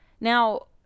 Now